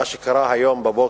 שמה שקרה היום בבוקר,